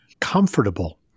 comfortable